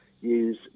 use